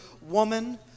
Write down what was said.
woman